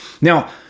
Now